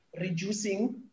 reducing